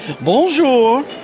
Bonjour